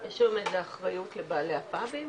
יש איזו שהיא אחריות על זה לבעלי הפאב אם